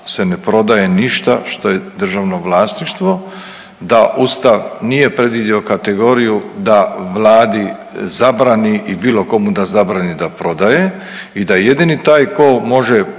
se ne prodaje ništa što je državno vlasništvo, da Ustav nije predvidio kategoriju da Vladi zabrani i bilo komu zabrani da prodaje i da jedini taj tko može reći